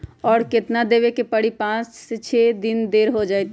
और केतना देब के परी पाँच से छे दिन देर हो जाई त?